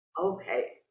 Okay